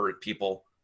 people